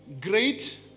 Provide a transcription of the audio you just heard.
great